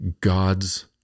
God's